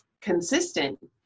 consistent